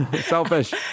Selfish